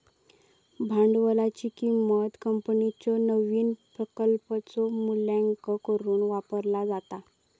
भांडवलाची किंमत कंपनीच्यो नवीन प्रकल्पांचो मूल्यांकन करुक वापरला जाता